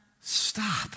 stop